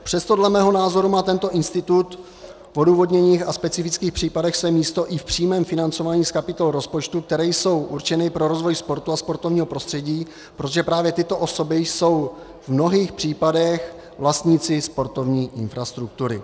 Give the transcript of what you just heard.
Přesto dle mého názoru má tento institut v odůvodněných a specifických případech své místo i v přímém financování z kapitol rozpočtu, které jsou určeny pro rozvoj sportu a sportovního prostředí, protože právě tyto osoby jsou v mnohých případech vlastníci sportovní infrastruktury.